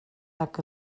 nac